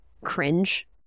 cringe